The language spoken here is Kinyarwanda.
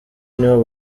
niho